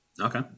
Okay